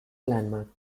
landmark